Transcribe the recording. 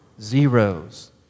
zeros